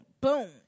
boom